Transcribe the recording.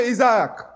Isaac